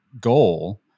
goal